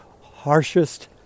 harshest